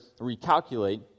recalculate